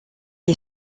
est